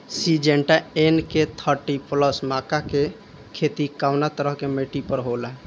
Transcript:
Syngenta NK thirty plus मक्का के के खेती कवना तरह के मिट्टी पर होला?